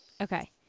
Okay